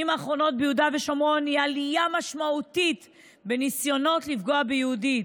האחרונות ביהודה ושומרון היא עלייה משמעותית בניסיונות לפגוע ביהודים.